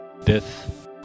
Death